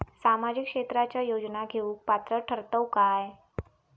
सामाजिक क्षेत्राच्या योजना घेवुक पात्र ठरतव काय?